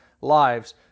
lives